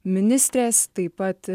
ministrės taip pat